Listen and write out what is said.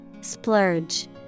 Splurge